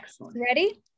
ready